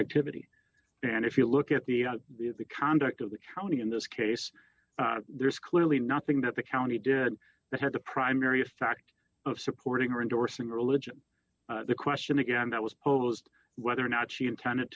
activity and if you look at the conduct of the county in this case there's clearly nothing that the county did that had the primary a fact of supporting or endorsing religion the question again that was posed whether or not she intended